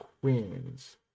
Queens